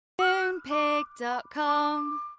Moonpig.com